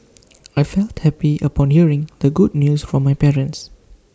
I felt happy upon hearing the good news from my parents